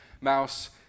mouse